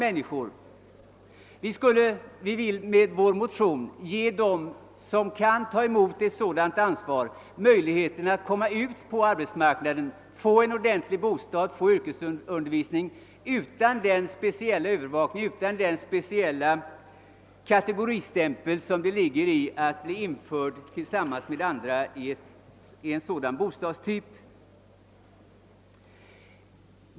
Vi vill med vår motion ge dem som kan ta ett sådant ansvar möjlighet att komma ut på arbetsmarknaden och att få en ordentlig bostad och yrkesundervisning utan den speciella övervakning och kategoristämpel som det innebär att bli sammanförd med andra tidigare interner i en sådan kategoribostadstyp.